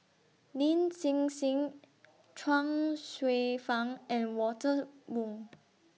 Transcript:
Lin Hsin Hsin Chuang Hsueh Fang and Walter Woon